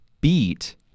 beat